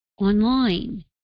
online